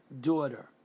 daughter